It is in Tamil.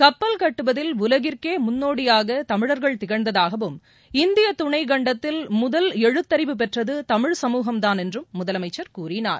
கப்பல் கட்டுவதில் உலகிற்கே முன்னோடியாக தமிழர்கள் திகழ்ந்ததாகவும் இந்திய துணை கண்டத்தில் முதல் எழுத்தறிவு பெற்றது தமிழ் சமூகம்தான் என்றும் முதலமைச்சர் கூறினார்